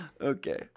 Okay